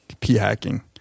p-hacking